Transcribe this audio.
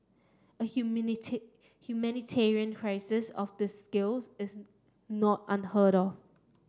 a humanity humanitarian crisis of this scales is not unheard of